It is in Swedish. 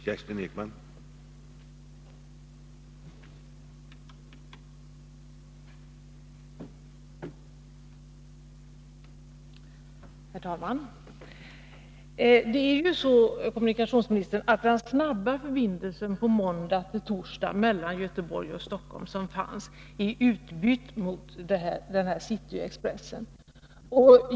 Herr talman! Det är ju så, herr kommunikationsminister, att den snabba förbindelsen mellan Göteborg och Stockholm måndag-torsdag som fanns är utbytt mot cityexpressen.